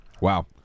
Wow